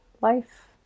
life